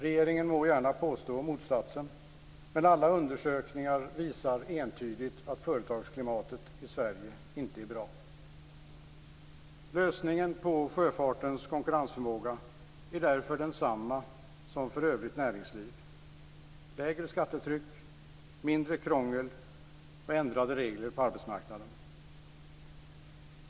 Regeringen må gärna påstå motsatsen, men alla undersökningar visar entydigt att företagsklimatet i Sverige inte är bra. Lösningen för sjöfartens konkurrensförmåga är därför densamma som för övrigt näringsliv, lägre skattetryck, mindre krångel och ändrade regler på arbetsmarknaden.